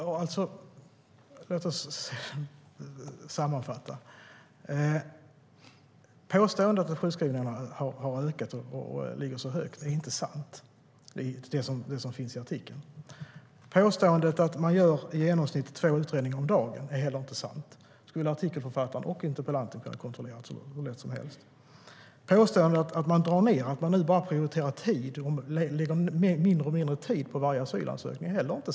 Herr talman! Låt mig sammanfatta: Påståendet som finns i artikeln om att sjukskrivningarna har ökat och ligger på en så hög nivå är inte sant. Påståendet att man gör i genomsnitt två utredningar om dagen är inte sant. Det hade artikelförfattaren och interpellanten hur lätt som helst kunnat kontrollera. Påståendet att man nu lägger ned mindre och mindre tid på varje asylansökan är inte heller sant.